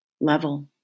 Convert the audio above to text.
level